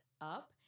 up